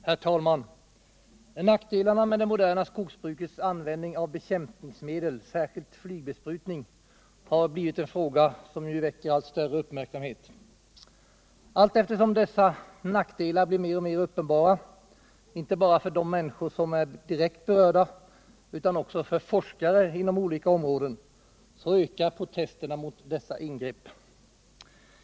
Herr talman! Nackdelarna med det moderna skogsbrukets användning av bekämpningsmedel, särskilt flygbesprutning, har blivit en fråga som väcker allt större uppmärksamhet. Allteftersom dessa nackdelar blir mer och mer uppenbara, inte bara för de människor som är direkt berörda, utan också för forskare inom olika områden, ökar protesterna mot dessa ingrepp.